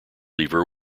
lever